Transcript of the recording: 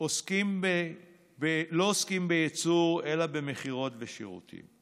לא עוסקים בייצור אלא במכירות ובשירותים.